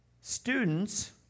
students